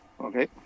Okay